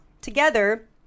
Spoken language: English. together